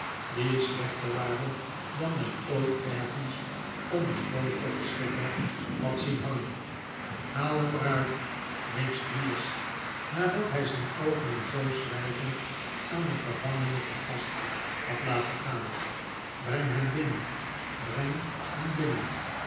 die slechter waren dan men ooit ergens om een vogelverschrikker had zien hangen haaj hem er uit riep squeers nadat hij zijn oogen een poos zwijgend aan den gevangene te gast had laten gaan breng hem binnen breng hem binnen